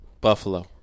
Buffalo